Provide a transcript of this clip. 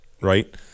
right